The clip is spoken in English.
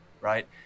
Right